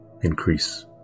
increase